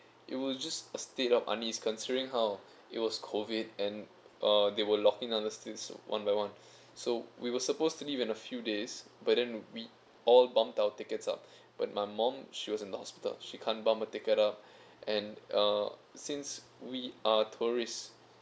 it was just a state of unease considering how it was COVID and uh they were locking other states one by one so we were supposed to leave in a few days but then we all bumped our tickets up but my mom she was in the hospital she can't bump her ticket up and uh since we are tourists